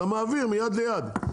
אתה מעביר מיד ליד.